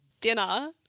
Dinner